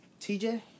TJ